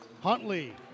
Huntley